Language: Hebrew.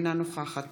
אינה נוכחת